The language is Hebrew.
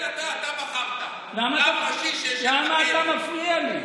הוא לא מפריע לי.